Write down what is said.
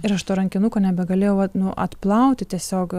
ir aš to rankinuko nebegalėjau vat nu atplauti tiesiog